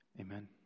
Amen